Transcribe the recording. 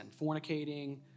fornicating